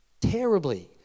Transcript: Terribly